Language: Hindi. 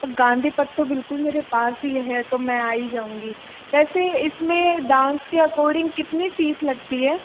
गांधी पथ तो बिलकुल मेरे पास ही है तो मैं आ ही जाऊंगी वैसे इसमे डांस के अकोर्डिंग कितनी फीस लगते है